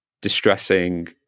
distressing